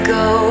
go